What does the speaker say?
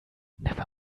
never